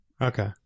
okay